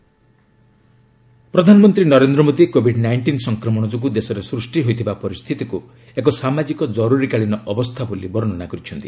PM discussion ପ୍ରଧାନମନ୍ତ୍ରୀ Narendra Modi Covid nineteen ସଂକ୍ରମଣ ଯୋଗୁଁ ଦେଶରେ ସୃଷ୍ଟି ହୋଇଥିବା ପରିସ୍ଥିତିକୁ ଏକ ସାମାଜିକ ଜରୁରିକାଳୀନ ଅବସ୍ଥା ବୋଲି ବର୍ଷନା କରିଛନ୍ତି